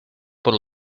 por